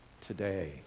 today